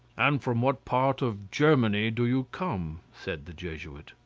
and from what part of germany do you come? said the jesuit.